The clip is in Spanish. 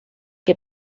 que